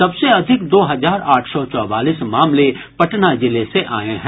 सबसे अधिक दो हजार आठ सौ चौवालीस मामले पटना जिले से आये हैं